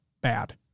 bad